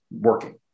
working